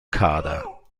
kader